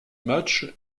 match